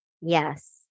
Yes